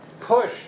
push